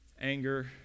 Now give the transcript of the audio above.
Anger